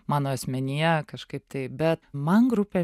mano asmenyje kažkaip taip bet man grupė